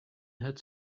had